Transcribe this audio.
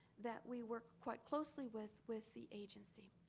that we work quite closely with, with the agency.